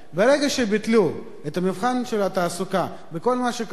ברגע שביטלו את מבחן התעסוקה בכל מה שקשור